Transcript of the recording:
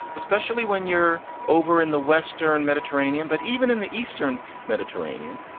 especially when you're over in the western mediterranean. but even in the eastern mediterranean,